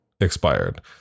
expired